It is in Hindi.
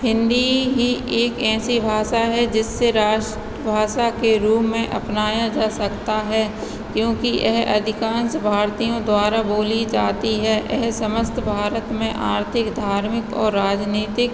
हिन्दी ही एक ऐसी भाषा है जिससे राष्ट्र भाषा के रूप में अपनाया जा सकता है क्योंकि यह अधिकांश भारतीयों द्वारा बोली जाती है एह समस्त भारत में आर्थिक धार्मिक और राजनीतिक